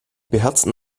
beherzten